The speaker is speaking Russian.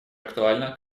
актуальна